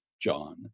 John